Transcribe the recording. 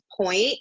point